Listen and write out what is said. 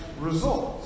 results